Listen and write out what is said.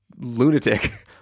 lunatic